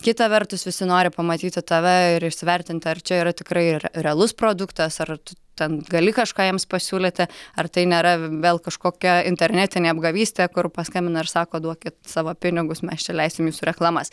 kita vertus visi nori pamatyti tave ir įsivertinti ar čia yra tikrai r realus produktas ar tu ten gali kažką jiems pasiūlyti ar tai nėra vėl kažkokia internetinė apgavystė kur paskambina ir sako duokit savo pinigus mes čia leisim jūsų reklamas